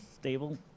stable